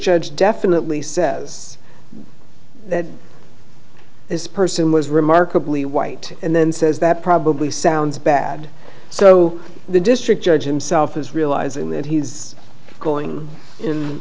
judge definitely says that this person was remarkably white and then says that probably sounds bad so the district judge himself is realizing that he is going in